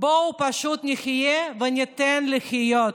בואו פשוט נחיה וניתן לחיות